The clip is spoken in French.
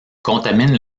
contamine